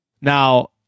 Now